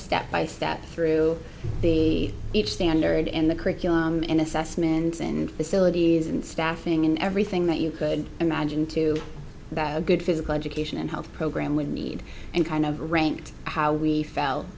step by step through the each standard in the curriculum in assessments and facilities and staffing and everything that you could imagine to a good physical education and health program we need and kind of ranked how we felt